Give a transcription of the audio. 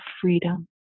freedom